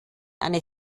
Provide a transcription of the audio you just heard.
eine